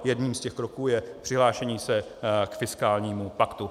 Jedním z těch kroků je přihlášení se k fiskálnímu paktu.